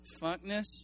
funkness